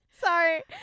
sorry